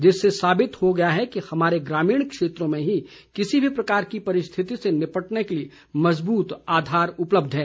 इससे साबित हो गया है कि हमारे ग्रामीण क्षेत्रों में ही किसी भी प्रकार की परिस्थिति से निपटने के लिए मज़बूत आधार उपलब्ध है